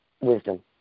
wisdom